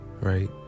right